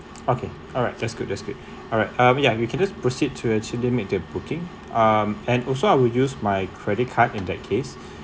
okay alright that's good that's good alright um ya you can just proceed to actually make the booking um and also I will use my credit card in that case